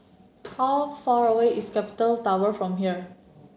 how far away is Capital Tower from here